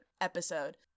episode